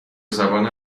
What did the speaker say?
زبان